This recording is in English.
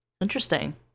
Interesting